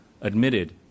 admitted